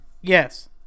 Yes